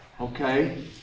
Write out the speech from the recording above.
okay